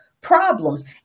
problems